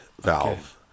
valve